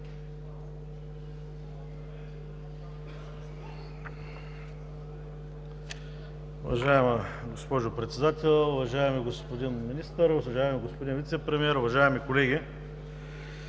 Уважаема госпожо Председател, уважаеми господин Министър, уважаеми господин Вицепремиер, уважаеми колеги!